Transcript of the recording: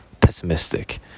pessimistic